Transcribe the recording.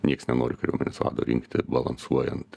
niekas nenori kariuomenės vado rinkti balansuojant